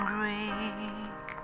Greek